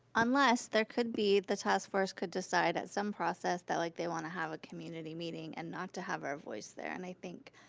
unless there could be, the task force could decide at some process that like they wanna have a community meeting and not to have our voice there, and i think,